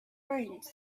brains